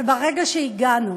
וברגע שהגענו